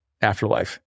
afterlife